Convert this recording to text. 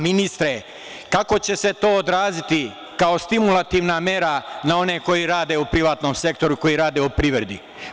Ministre, kako će se to odraziti kao stimulativna mera na one koji rade u privatnom sektoru, koji rade u privredi?